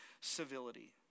civility